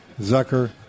Zucker